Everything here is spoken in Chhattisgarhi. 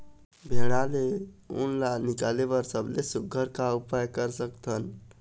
भेड़ा ले उन ला निकाले बर सबले सुघ्घर का उपाय कर सकथन?